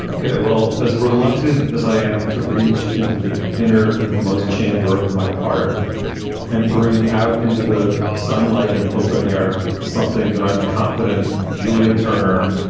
ok. well, as reluctant as i am to reach into the inner most chamber of my heart and bring out into the sunlight an open air, something that i'm confident julia turner,